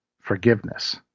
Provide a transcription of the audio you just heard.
forgiveness